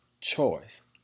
choice